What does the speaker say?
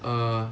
err